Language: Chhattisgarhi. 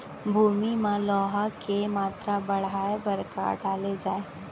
भूमि मा लौह के मात्रा बढ़ाये बर का डाले जाये?